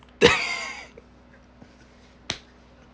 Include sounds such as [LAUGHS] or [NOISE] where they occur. [LAUGHS]